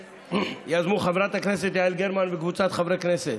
שיזמו חברת הכנסת יעל גרמן וקבוצת חברי הכנסת.